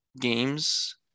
games